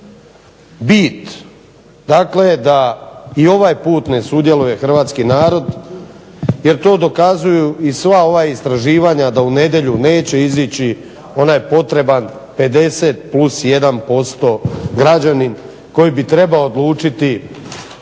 Bit dakle da i ovaj put ne sudjeluje hrvatski narod jer to dokazuju i sva ova istraživanja da u nedjelju neće izići onaj potreban 50 plus 1% građanin koji bi trebao odlučiti